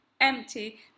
empty